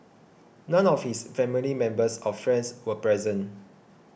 none of his family members or friends were present